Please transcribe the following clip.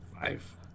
five